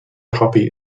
copy